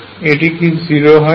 এটি কি 0 হয় না